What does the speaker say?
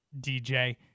DJ